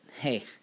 hey